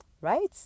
Right